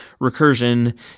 recursion